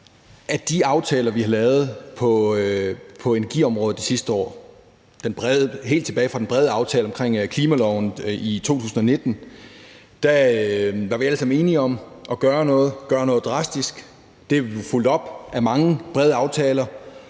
at i de aftaler, vi har lavet på energiområdet det sidste år, helt tilbage fra den brede aftale om klimaloven i 2019, var vi alle sammen enige om at gøre noget, gøre noget drastisk. Det blev fulgt op af mange brede aftaler,